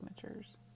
signatures